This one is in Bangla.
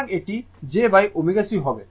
সুতরাং এটি jω C হবে